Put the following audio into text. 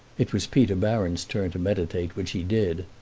it was peter baron's turn to meditate, which he did,